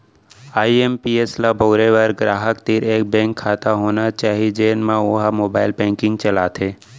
IMPS ल बउरे बर गराहक तीर एक बेंक खाता होना चाही जेन म वो ह मोबाइल बेंकिंग चलाथे